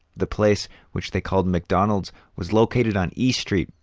the place which they called mcdonald's was located on e street,